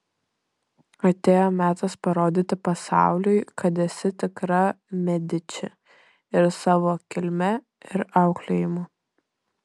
atėjo metas parodyti pasauliui kad esi tikra mediči ir savo kilme ir auklėjimu